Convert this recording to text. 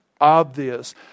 obvious